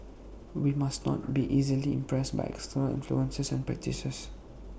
we must not be easily impressed by external influences and practices